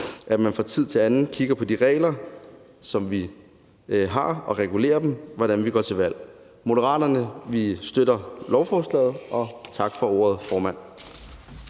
at vi fra tid til anden kigger på de regler, som vi har, og at vi regulerer dem, med hensyn til hvordan vi går til valg. I Moderaterne støtter vi lovforslaget. Tak for ordet, formand.